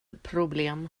problem